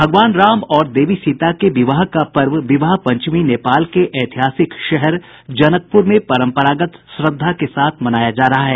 भगवान राम और देवी सीता के विवाह का पर्व विवाह पंचमी नेपाल के ऐतिहासिक शहर जनकपूर में परम्परागत श्रद्धा के साथ मनाया जा रहा है